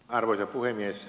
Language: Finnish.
arvoisa puhemies